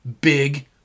big